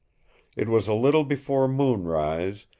it was a little before moonrise,